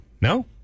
No